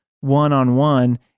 one-on-one